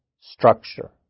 structure